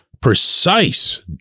precise